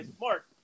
Mark